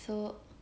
so